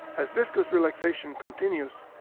as viscous relaxation continues,